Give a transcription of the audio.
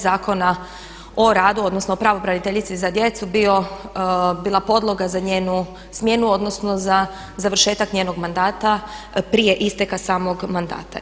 Zakona o radu, odnosno o pravobraniteljici za djecu bila podloga za njenu smjenu, odnosno za završetak njenog mandata prije isteka samog mandata.